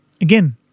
Again